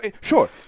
Sure